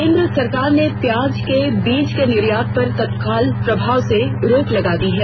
केंद्र सरकार ने प्याज के बीज के निर्यात पर तत्काल प्रभाव से रोक लगा दी है